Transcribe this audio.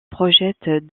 projette